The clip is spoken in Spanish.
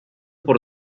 por